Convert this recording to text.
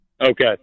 Okay